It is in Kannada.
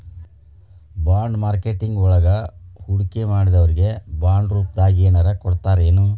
ಬಾಂಡ್ ಮಾರ್ಕೆಟಿಂಗ್ ವಳಗ ಹೂಡ್ಕಿಮಾಡ್ದೊರಿಗೆ ಬಾಂಡ್ರೂಪ್ದಾಗೆನರ ಕೊಡ್ತರೆನು?